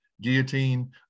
Guillotine